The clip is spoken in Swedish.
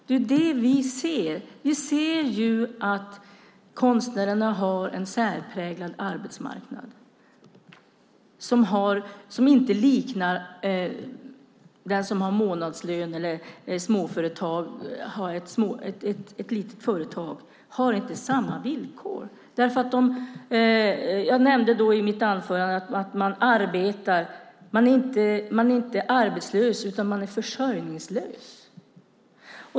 Det är det vi ser; vi ser att konstnärerna har en särpräglad arbetsmarknad som inte liknar arbetsmarknaden för den som har månadslön eller ett litet företag. De har inte samma villkor. Jag nämnde i mitt anförande att man arbetar. Man är inte arbetslös, utan man är försörjningslös.